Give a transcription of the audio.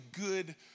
good